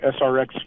SRX